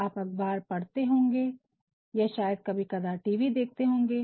आप अखबार पढ़ते होंगे या शायद कभी कदार टीवी देखते होंगे